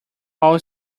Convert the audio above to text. all